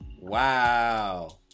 wow